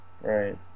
Right